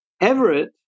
Everett